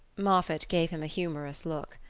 moffatt gave him a humorous look.